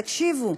תקשיבו,